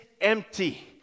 empty